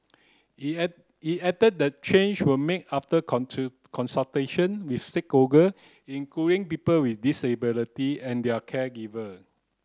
it an it added that change were made after consultation with stakeholder including people with disability and their caregiver